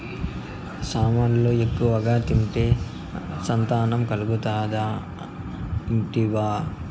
సామలు ఎక్కువగా తింటే సంతానం కలుగుతాదట ఇంటివా